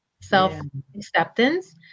self-acceptance